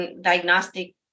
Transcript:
diagnostic